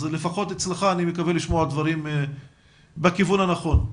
אז לפחות אצלך אני מקווה לשמוע דברים בכיוון הנכון.